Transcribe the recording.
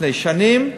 לפני שנים,